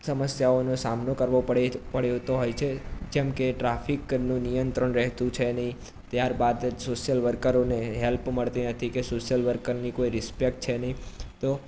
સમસ્યાઓનો સામનો કરવો પડે પડતો હોય છે જેમ કે ટ્રાફિકનું નિયંત્રણ રહેતું છે નહીં ત્યારબાદ સોસ્યલ વર્કરોને હેલ્પ મળતી નથી કે સોસ્યલ વર્કરની કોઈ રિસ્પેક્ટ છે નહીં